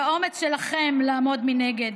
באומץ שלכם לא לעמוד מנגד,